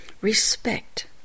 respect